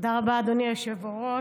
תודה רבה, אדוני היושב-ראש.